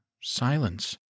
silence